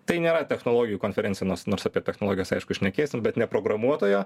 tai nėra technologijų konferencija nors nors apie technologijas aišku šnekėsim bet ne programuotojo